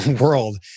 world